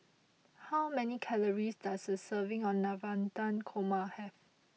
how many calories does a serving of Navratan Korma have